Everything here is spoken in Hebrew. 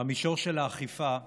במישור של האכיפה,